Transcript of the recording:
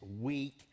week